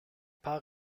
part